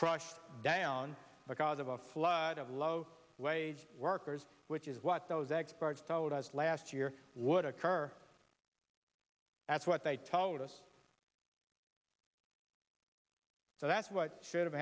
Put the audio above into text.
crushed down because of a flood of low wage workers which is what those experts told us last year would occur that's what they told us so that's what should have